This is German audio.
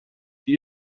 die